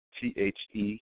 T-H-E